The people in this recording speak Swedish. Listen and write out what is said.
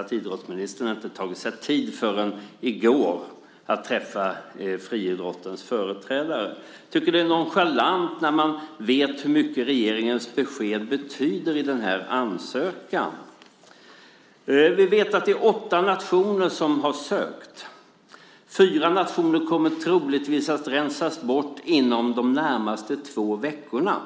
att idrottsministern inte har tagit sig tid förrän i går att träffa friidrottens företrädare. Jag tycker att det är nonchalant när man vet hur mycket regeringens besked betyder för denna ansökan. Vi vet att det är åtta nationer som har sökt. Fyra nationer kommer troligtvis att rensas bort inom de närmaste två veckorna.